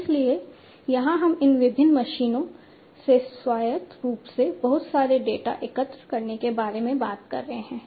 इसलिए यहां हम इन विभिन्न मशीनों से स्वायत्त रूप से बहुत सारे डेटा एकत्र करने के बारे में बात कर रहे हैं